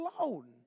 alone